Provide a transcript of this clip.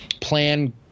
plan –